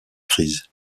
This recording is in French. crises